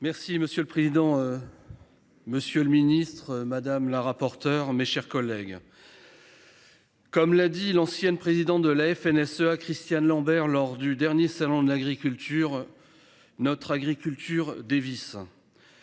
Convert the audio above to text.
Merci monsieur le président. Monsieur le ministre, madame la rapporteure, mes chers collègues. Comme l'a dit l'ancienne présidente de la FNSEA, Christiane Lambert lors du dernier Salon de l'agriculture. Notre agriculture Davis. En